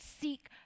seek